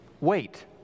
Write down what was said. Wait